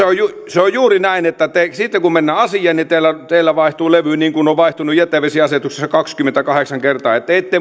se on juuri näin että sitten kun mennään asiaan niin teillä vaihtuu levy niin kuin on vaihtunut jätevesiasetuksessa kaksikymmentäkahdeksan kertaa te ette